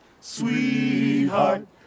sweetheart